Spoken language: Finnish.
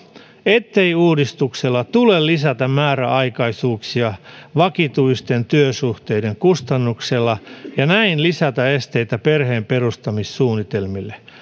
ettei uudistuksella tule lisätä määräaikaisuuksia vakituisten työsuhteiden kustannuksella ja näin lisätä esteitä perheenperustamissuunnitelmille